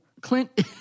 Clint